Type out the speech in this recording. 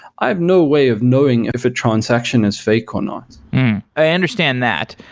i have no way of knowing if a transaction is fake or not i understand that.